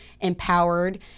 empowered